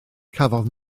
cafodd